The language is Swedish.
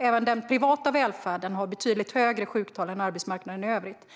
Även den privata välfärden har betydligt högre sjuktal än arbetsmarknaden i övrigt.